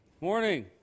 morning